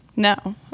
No